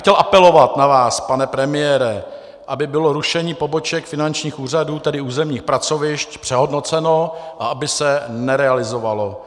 Já bych chtěl apelovat na vás, pane premiére, aby bylo rušení poboček finančních úřadů, tedy územních pracovišť, přehodnoceno a aby se nerealizovalo.